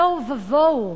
תוהו ובוהו.